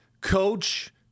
coach